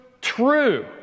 true